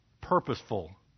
purposeful